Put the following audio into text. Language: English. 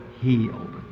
healed